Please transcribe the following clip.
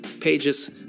pages